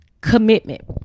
Commitment